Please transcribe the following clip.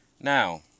Now